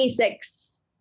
26